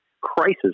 crisis